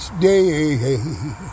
day